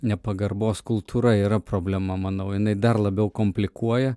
nepagarbos kultūra yra problema manau jinai dar labiau komplikuoja